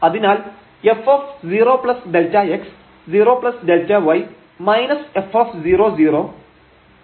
അതിനാൽ f 0Δx 0Δy f0 0